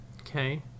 Okay